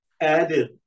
added